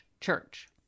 church